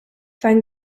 van